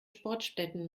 sportstätten